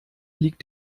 liegt